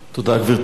חברי חברי הכנסת,